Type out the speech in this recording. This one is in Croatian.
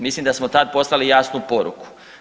Mislim da smo tad poslali jasnu poruku.